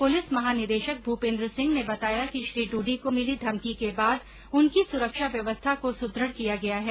police महानिदेशक भूर्पेन्द्र सिंह ने बताया कि श्री डूडी को मिली धमकी के बाद उनकी सुरक्षा व्यवस्था को सुदृढ किया गया है